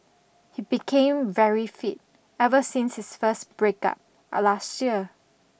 he became very fit ever since his first break up a last year